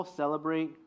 celebrate